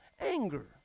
anger